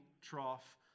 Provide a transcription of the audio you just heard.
trough